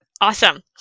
Awesome